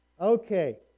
Okay